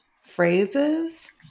phrases